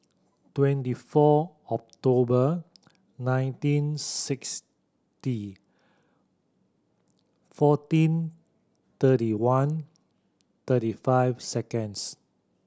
twenty four October nineteen sixty fourteen thirty one thirty five seconds